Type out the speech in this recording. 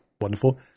wonderful